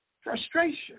frustration